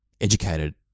educated